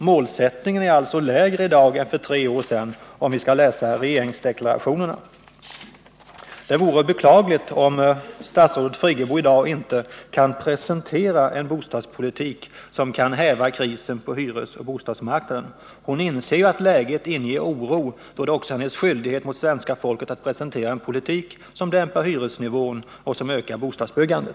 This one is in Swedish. Målsättningen är alltså lägre i dag än den var för tre år sedan. Det vore beklagligt om statsrådet Friggebo i dag inte kunde presentera en bostadspolitik som kan häva krisen på hyresoch bostadsmarknaden. Hon anser att läget inger oro; då är det också hennes skyldighet mot svenska folket att presentera en politik som dämpar hyreshöjningarna och ökar bostadsbyggandet.